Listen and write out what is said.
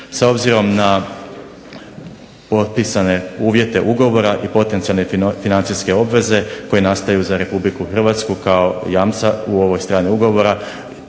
S obzirom na potpisane uvjete ugovora i potencijalne financijske obveze koje nastaju za Republiku Hrvatsku kao jamca u ovoj strani ugovora